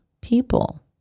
people